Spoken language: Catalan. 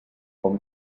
com